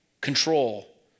Control